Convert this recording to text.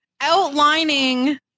outlining